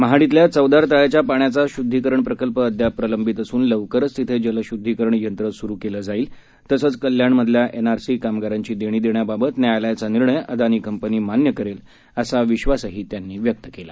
महाड खिल्या चवदार तळ्याच्या पाण्याचा शुद्दीकरण प्रकल्प अद्याप प्रलंबित असून लवकरच तिथे जल शुद्दीकरण यंत्र सुरू करण्यात येणार आहे तसंच कल्याण मधल्या एन आर सी कामगारांधी देणी देण्याबाबत न्यायालयाचा निर्णय अदानी कंपनी मान्य करेल असा विश्वासही त्यांनी व्यक्त केला